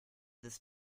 this